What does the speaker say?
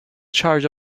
charge